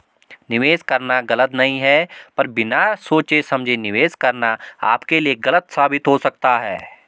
निवेश करना गलत नहीं है पर बिना सोचे समझे निवेश करना आपके लिए गलत साबित हो सकता है